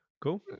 Cool